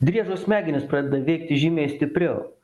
driežo smegenys pradeda veikti žymiai stipriau